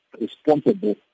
responsible